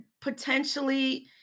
potentially